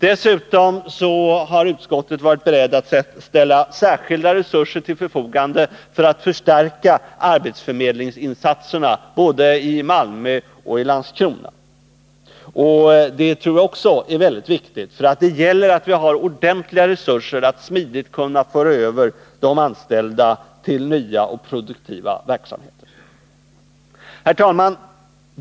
Dessutom har utskottet varit berett att ställa särskilda resurser till förfogande för att förstärka arbetsförmedlingsinsatserna både i Malmö och i Landskrona. Jag tror att också det är väldigt viktigt. Det gäller att vi har ordentliga resurser för att smidigt kunna föra över de anställda till nya och produktiva verksamheter. Herr talman!